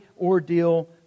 ordeal